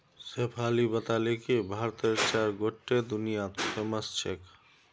शेफाली बताले कि भारतेर चाय गोट्टे दुनियात फेमस छेक